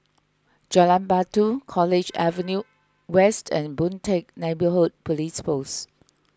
Jalan Batu College Avenue West and Boon Teck Neighbourhood Police Post